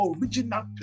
original